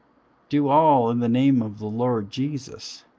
do all in the name of the lord jesus,